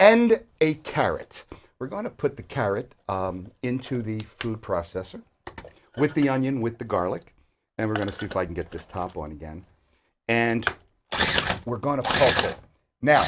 and a carrot we're going to put the carrot into the food processor with the onion with the garlic and we're going to see if i can get this top one again and we're going to no